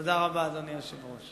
תודה רבה, אדוני היושב-ראש.